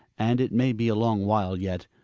and it may be a long while yet.